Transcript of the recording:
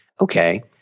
Okay